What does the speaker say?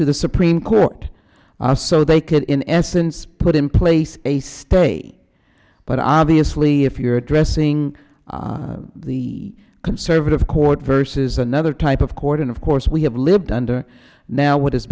best the supreme court are so they could in essence put in place a stay but obviously if you're addressing the conservative court versus another type of court and of course we have lived under now what has